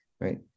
Right